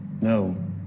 No